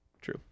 True